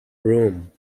room